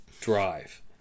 drive